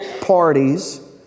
parties